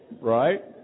right